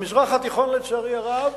במזרח התיכון, לצערי הרב,